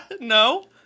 No